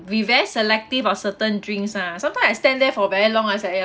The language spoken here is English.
be very selective of certain drinks ah sometime I stand there for very long I was like uh